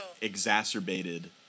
exacerbated